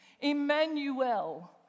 Emmanuel